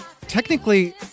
technically